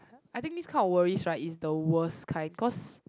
I think this kind of worries right is the worst kind cause